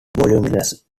voluminous